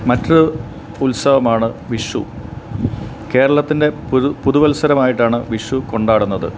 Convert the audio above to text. മറ്റു ഉത്സവമാണ് വിഷു കേരളത്തിൻ്റെ പുതു പുതുവത്സരമായിട്ടാണ് വിഷു കൊണ്ടാടുന്നത്